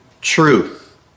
truth